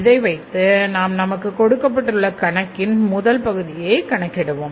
இதை வைத்து நாம் நமக்கு கொடுக்கப்பட்டுள்ள கணக்கின் முதல் பகுதியை கணக்கிடுவோம்